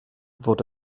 fod